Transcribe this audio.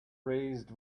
raised